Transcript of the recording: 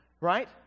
Right